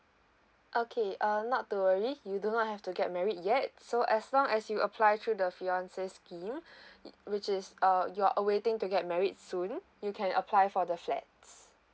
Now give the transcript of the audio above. okay uh not to worry you do not have to get married yet so as long as you apply through the fiancé scheme which is uh you're awaiting to get married soon you can apply for the flats